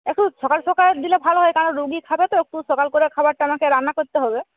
একটু সকাল সকাল দিলে ভালো হয় কারণ রুগী খাবে তো একটু সকাল করে খাওয়ারটা আমাকে রান্না করতে হবে